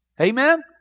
Amen